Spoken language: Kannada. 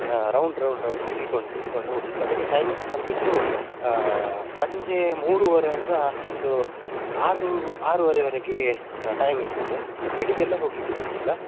ರೌಂಡ್ ರೌಂಡ್ ರೌಂಡ್ ತಿರ್ಗಿಕೊಂಡು ತಿರುಗಿಕೊಂಡು ಹೋಗಲಿಕ್ಕೆ ಅದಕ್ಕೆ ಟೈಮಿಂಗ್ಸ್ ಬಂದುಬಿಟ್ಟು ಸಂಜೆ ಮೂರೂವರೆಯಿಂದ ಒಂದು ಆರು ಆರೂವರೆವರೆಗೆ ಟೈಮಿಂಗ್ಸಿದೆ ಬೆಳಿಗ್ಗೆ ಎಲ್ಲ ಹೋಗಲಿಕ್ಕೆ ಬಿಡೋದಿಲ್ಲ